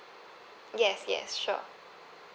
yes yes sure